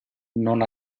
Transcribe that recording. non